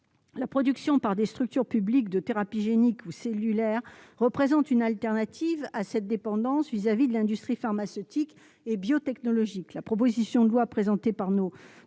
la production par des structures publiques de thérapies géniques ou cellulaires représente une alternative à cette dépendance vis-à-vis de l'industrie pharmaceutique et biotechnologique, la proposition de loi présentée par nos collègues